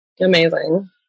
Amazing